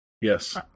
Yes